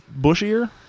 bushier